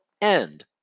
end